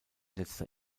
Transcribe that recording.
letzter